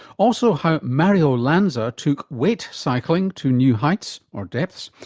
also how mario lanza took weight cycling to new heights, or depths,